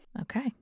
Okay